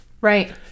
Right